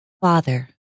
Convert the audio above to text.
Father